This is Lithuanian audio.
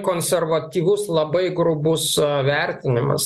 konservatyvus labai grubus vertinimas